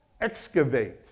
excavate